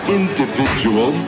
individual